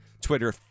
Twitter